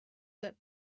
that